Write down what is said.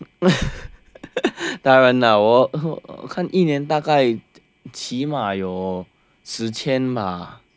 当然啦我看一年大概起码有十千嘛